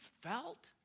felt